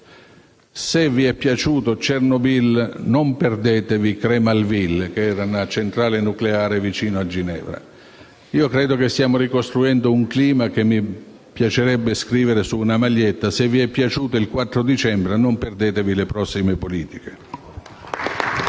«Se vi è piaciuto Chernobyl, non perdetevi Creys-Malville», che era una centrale nucleare vicino a Ginevra. Con il clima che stiamo ricostruendo, mi piacerebbe scrivere su una maglietta: «Se vi è piaciuto il 4 dicembre, non perdetevi le prossime politiche».